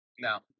Now